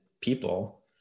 people